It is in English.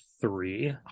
three